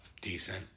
decent